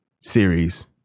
series